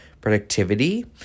productivity